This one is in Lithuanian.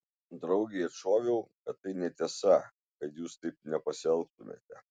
draugei atšoviau kad tai netiesa kad jūs taip nepasielgtumėte